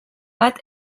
bat